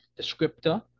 descriptor